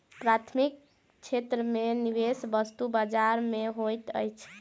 प्राथमिक क्षेत्र में निवेश वस्तु बजार में होइत अछि